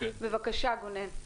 בבקשה, גונן.